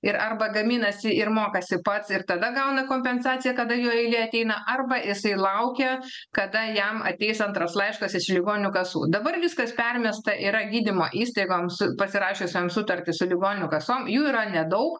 ir arba gaminasi ir mokasi pats ir tada gauna kompensaciją kada jo eilė ateina arba jisai laukia kada jam ateis antras laiškas iš ligonių kasų dabar viskas permesta yra gydymo įstaigoms pasirašiusiom sutartį su ligonių kasom jų yra nedaug